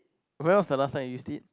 when was the last time you used it